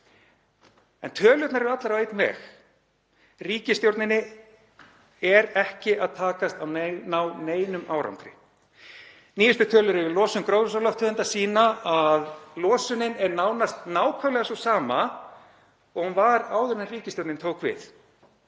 Tölurnar eru allar á einn veg: Ríkisstjórninni er ekki að takast að ná neinum árangri. Nýjustu tölur yfir losun gróðurhúsalofttegunda sýna að losunin er nánast nákvæmlega sú sama og hún var áður en ríkisstjórnin tók við.